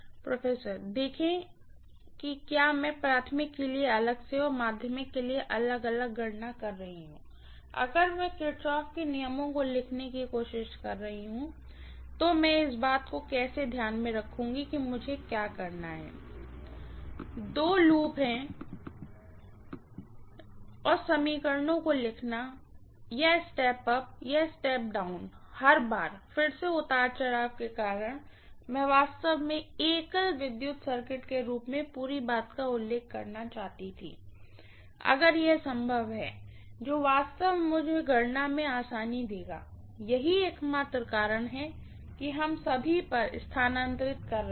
professor देखें कि क्या मैं प्राइमरी के लिए अलग से और सेकेंडरी के लिए अलग अलग गणना कर रही हूँ अगर मैं किरचॉफ के नियमों को लिखने की कोशिश कर रही हूँ तो मैं इस बात को कैसे ध्यान में रखूंगी कि मुझे क्या करना है दो लूप समीकरणों को लिखना और कदम उठाना या कदम उठाना हर बार और फिर उतार चढ़ाव के कारण मैं वास्तव में एक एकल विद्युत सर्किट के रूप में पूरी बात का उल्लेख करना चाहती थी अगर यह संभव है जो वास्तव में मुझे गणना में आसानी देगा यही एकमात्र कारण है कि हम सभी पर स्थानांतरित कर रहे हैं